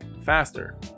faster